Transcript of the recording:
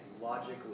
logically